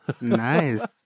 Nice